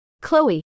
Chloe